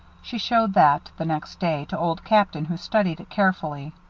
she showed that, the next day, to old captain, who studied it carefully.